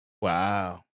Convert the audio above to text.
Wow